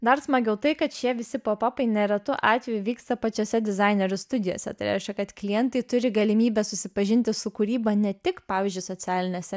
dar smagiau tai kad šie visi pop apai neretu atveju vyksta pačiose dizainerių studijose tai reiškia kad klientai turi galimybę susipažinti su kūryba ne tik pavyzdžiui socialinėse